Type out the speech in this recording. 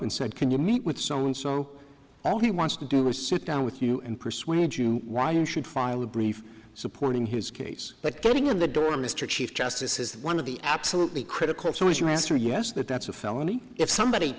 and said can you meet with someone so all he wants to do is sit down with you and persuade you why you should file a brief supporting his case but getting of the door mr chief justice is one of the absolutely critical so is your answer yes that that's a felony if somebody